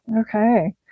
Okay